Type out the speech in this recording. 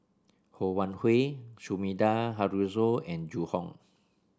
Ho Wan Hui Sumida Haruzo and Zhu Hong